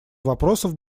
вопросов